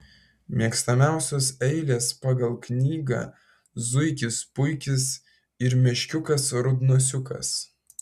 mėgstamiausios eilės pagal knygą zuikis puikis ir meškiukas rudnosiukas